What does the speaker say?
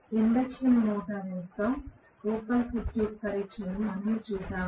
induction motor యొక్క open circuit పరీక్షను మనము చూశాము